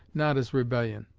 not as rebellion.